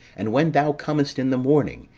and when thou comest in the morning,